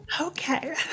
Okay